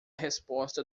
resposta